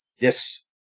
Yes